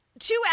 Two